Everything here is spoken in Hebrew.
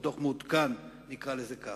או דוח מעודכן, נקרא לזה כך.